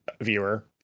viewer